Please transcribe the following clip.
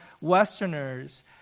Westerners